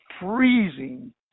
freezing